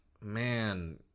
man